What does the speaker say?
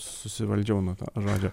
susivaldžiau nuo to žodžio